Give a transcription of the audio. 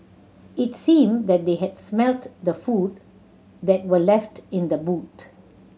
it seemed that they had smelt the food that were left in the boot